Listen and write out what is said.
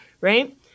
Right